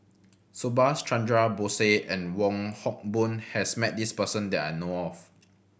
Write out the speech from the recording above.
Subhas Chandra Bose and Wong Hock Boon has met this person that I know of